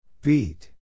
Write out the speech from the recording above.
Beat